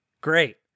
great